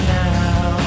now